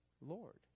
Lord